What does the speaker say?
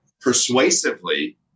persuasively